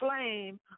flame